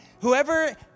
whoever